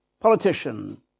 Politician